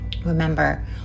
remember